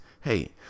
Hey